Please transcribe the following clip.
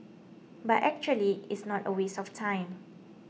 but actually it's not a waste of time